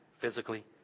physically